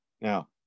Now